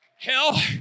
hell